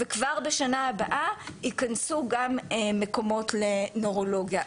וכבר בשנה הבאה יכנסו גם מקומות לנוירולוגיה,